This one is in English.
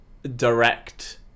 direct